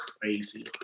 crazy